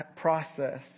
process